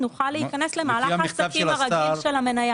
למה?